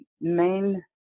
main